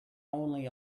only